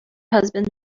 husband